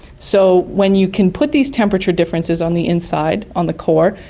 so when you can put these temperature differences on the inside, on the core,